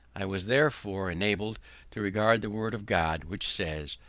i was therefore enabled to regard the word of god, which says,